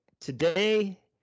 today